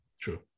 true